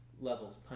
levels